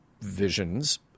visions